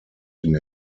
den